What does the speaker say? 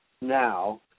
now